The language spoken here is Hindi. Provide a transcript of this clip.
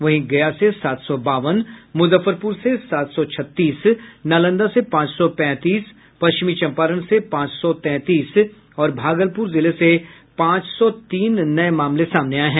वहीं गया से सात सौ बावन मुजफ्फरपुर से सात सौ छत्तीस नालंदा से पांच सौ पैंतीस पश्चिमी चंपारण से पांच सौ तैंतीस और भागलपुर जिले से पांच सौ तीन नये मामले सामने आये हैं